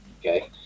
okay